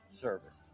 service